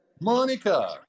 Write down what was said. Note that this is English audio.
Monica